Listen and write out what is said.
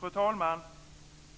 Fru talman!